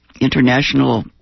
International